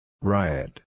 Riot